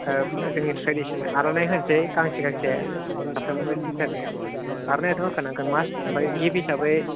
आह जोंनि ट्रेडिसन आर'नाय होनोसै गांसे गांसे साफ्रोमबो टीचारनो आरनायाथ' होखानांगोन मस्ट आमफ्राय गिफ्ट हिसाबै